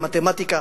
במתמטיקה,